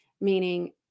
meaning